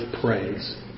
praise